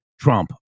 Trump